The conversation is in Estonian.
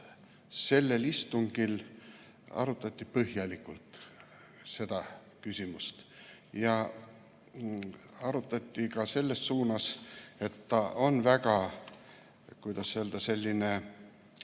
sellel istungil arutati põhjalikult seda küsimust. Arutati ka selles suunas, et see on väga, kuidas öelda,